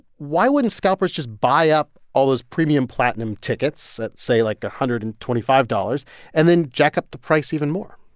why wouldn't scalpers just buy up all those premium platinum tickets at say, like, one hundred and twenty five dollars and then jack up the price even more?